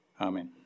Amen